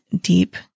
deep